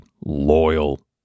loyal